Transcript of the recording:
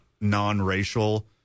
non-racial